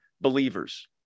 believers